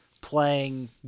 playing